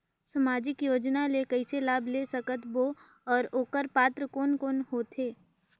समाजिक योजना ले कइसे लाभ ले सकत बो और ओकर पात्र कोन कोन हो थे?